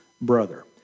brother